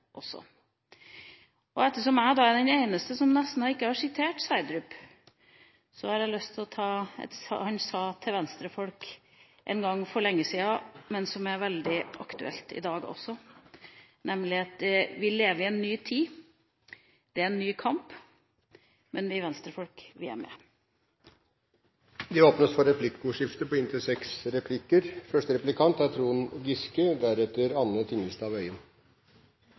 også. Ettersom jeg nesten er den eneste som ikke har sitert Sverdrup, har jeg lyst til å si: Han sa til Venstre-folk en gang for lenge siden, noe som er veldig aktuelt i dag også, at vi lever i en ny tid, det er en ny kamp, men vi Venstre-folk er med. Det åpnes for replikkordskifte på inntil seks replikker. Det har vært mange gratulasjoner. Jeg får gratulere Trine Skei Grande med fortsatt å være parlamentarisk leder for Venstre i opposisjon. I trontaledebatter er